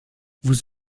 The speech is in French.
vous